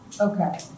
Okay